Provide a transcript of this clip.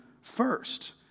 first